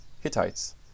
Hittites